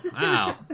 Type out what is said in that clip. wow